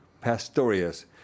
Pastorius